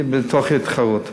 הם בתוך תחרות.